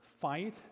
fight